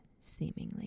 seemingly